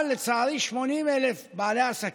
אבל לצערי, 80,000 בעלי עסקים,